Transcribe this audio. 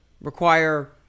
require